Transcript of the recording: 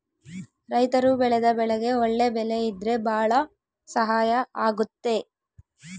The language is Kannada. ರೈತರು ಬೆಳೆದ ಬೆಳೆಗೆ ಒಳ್ಳೆ ಬೆಲೆ ಇದ್ರೆ ಭಾಳ ಸಹಾಯ ಆಗುತ್ತೆ